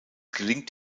gelingt